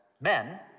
men